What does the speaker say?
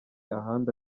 ahandi